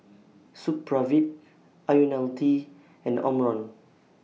Supravit Ionil T and Omron